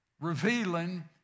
revealing